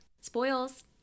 Spoils